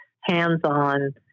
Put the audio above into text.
hands-on